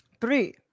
three